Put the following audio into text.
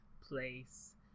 place